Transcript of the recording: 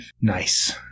Nice